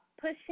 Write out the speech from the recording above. pushing